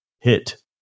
hit